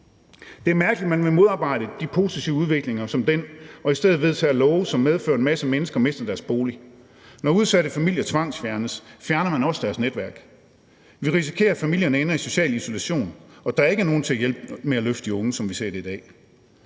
Det er mærkeligt, at man vil modarbejde positive udviklinger som den og i stedet vedtage love, som medfører, at en masse mennesker mister deres bolig. Når udsatte familier tvangsfjernes, fjerner man også deres netværk. Vi risikerer, at familierne ender i social isolation, og at der ikke er nogen til at hjælpe med at løfte de unge, som vi ser det i dag.